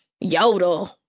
Yodel